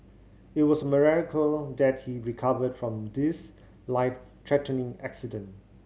it was a miracle that he recovered from this life threatening accident